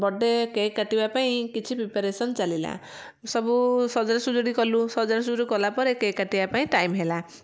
ବଡ଼େ cake କାଟିବା ପାଇଁ କିଛି ପ୍ରିପାରେଶନ ଚାଲିଲା ସବୁ ସଜଡ଼ା ସଜୁଡ଼ି କଲୁ ସଜଡ଼ା ସଜୁଡ଼ି କଲାପରେ କେକ୍ କାଟିବା ପାଇଁ ଟାଇମ ହେଲା